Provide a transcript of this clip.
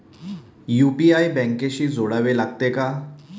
UPI बँकेशी जोडावे लागते का?